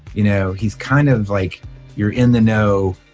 you know, he's kind of like you're in the know,